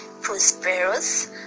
prosperous